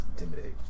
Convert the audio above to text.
Intimidate